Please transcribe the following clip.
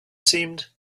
seemed